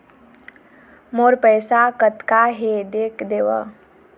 मोर पैसा कतका हे देख देव?